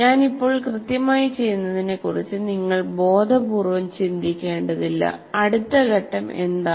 ഞാൻ ഇപ്പോൾ കൃത്യമായി ചെയ്യുന്നതിനെക്കുറിച്ച് നിങ്ങൾ ബോധപൂർവ്വം ചിന്തിക്കേണ്ടതില്ല അടുത്ത ഘട്ടം എന്താണ്